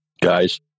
Guys